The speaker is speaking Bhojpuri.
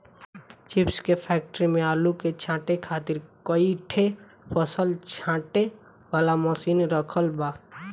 चिप्स के फैक्ट्री में आलू के छांटे खातिर कई ठे फसल छांटे वाला मशीन रखल बा